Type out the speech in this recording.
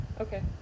Okay